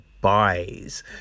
buys